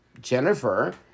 Jennifer